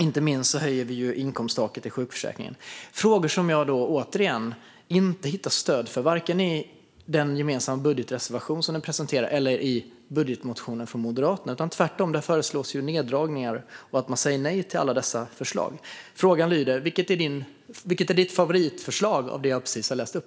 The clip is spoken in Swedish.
Inte minst höjer vi inkomsttaket i sjukförsäkringen. Återigen: Detta är frågor som jag inte hittar stöd för vare sig i den gemensamma budgetreservation som presenterats eller i budgetmotionen från Moderaterna. Tvärtom föreslås neddragningar där, och man säger nej till alla förslag. Frågan lyder: Vilket är ditt favoritförslag av dem jag precis läste upp?